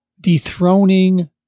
dethroning